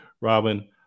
Robin